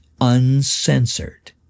uncensored